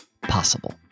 possible